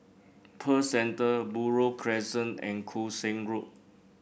Pearl Centre Buroh Crescent and Koon Seng Road